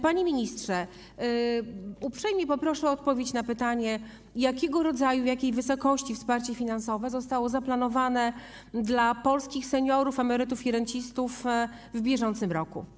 Panie ministrze, uprzejmie poproszę o odpowiedź na pytanie: Jakiego rodzaju, w jakiej wysokości wsparcie finansowe zostało zaplanowane dla polskich seniorów, emerytów i rencistów, w bieżącym roku?